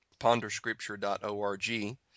ponderscripture.org